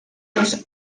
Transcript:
los